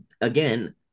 again